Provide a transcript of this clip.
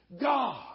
God